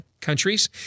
countries